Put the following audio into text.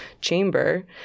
chamber